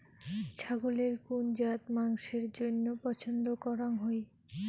ছাগলের কুন জাত মাংসের জইন্য পছন্দ করাং হই?